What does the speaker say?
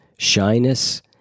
shyness